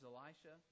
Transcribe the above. Elisha